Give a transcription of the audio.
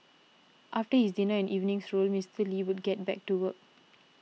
after his dinner and evening stroll Mister Lee would get back to work